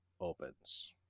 opens